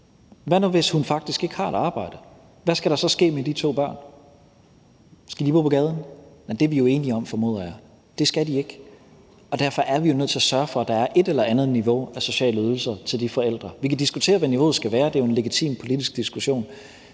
Hvad nu hvis hun faktisk ikke har et arbejde? Hvad skal der så ske med de to børn? Skal de bo på gaden? Det er vi jo enige om, formoder jeg, at de ikke skal, og derfor er vi nødt til at sørge for, at der er et eller andet niveau af sociale ydelser til de forældre. Vi kan diskutere, hvad niveauet skal være – det er en legitim politisk diskussion